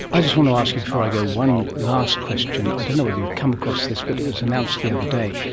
i just want to ask you before i go one last question, i don't know whether you've come across this but it was announced the other day,